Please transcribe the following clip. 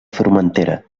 formentera